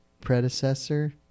predecessor